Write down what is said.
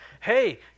Hey